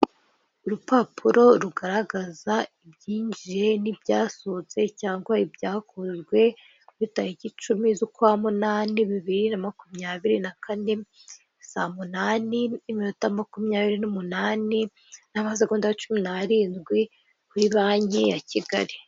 Urupapuro rugaragaza ibyinjiye n'ibyasohotse cyangwa ibyakozwe kuri tariki icumi z'ukwa munani bibiri na makumyabiri na kane saa munani iminota makumyabiri n'umunani n'amasegonda cumi na rindwi kuri banki ya Kigali.